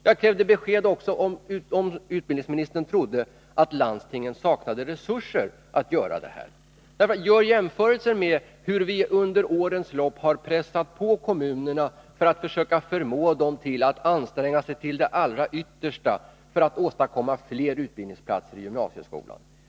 Jag krävde också besked om huruvida utbildningsministern trodde att landstingen saknade resurser att göra detta. Gör jämförelser med hur vi under årens lopp har pressat på kommunerna och försökt förmå dem att anstränga sig till det allra yttersta för att åstadkomma fler utbildningsplatser i gymnasieskolan!